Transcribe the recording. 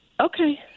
Okay